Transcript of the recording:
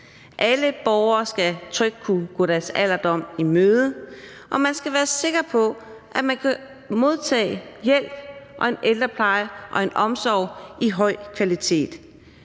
Alle borgere skal trygt kunne gå deres alderdom i møde, og man skal være sikker på, at man kan modtage hjælp og en ældrepleje og en omsorg af høj kvalitet.